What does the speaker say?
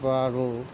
আৰু